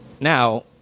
Now